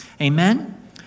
Amen